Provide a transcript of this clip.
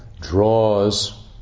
draws